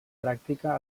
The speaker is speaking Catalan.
pràctica